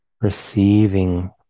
receiving